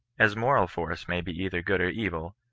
as m oral force may be either good or evil,